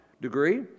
degree